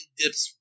dips